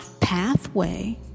pathway